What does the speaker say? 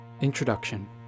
Introduction